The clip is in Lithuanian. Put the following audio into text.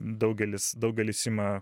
daugelis daugelis ima